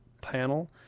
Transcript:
panel